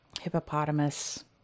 hippopotamus